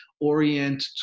orient